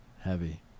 heavy